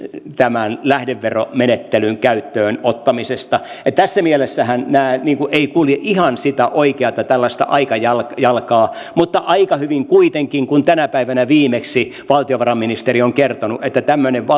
tämän lähdeveromenettelyn käyttöönottamisesta ja tässä mielessähän nämä eivät kulje ihan sitä oikeata tällaista aikajalkaa mutta aika hyvin kuitenkin kun tänä päivänä viimeksi valtiovarainministeri on kertonut että tämmöinen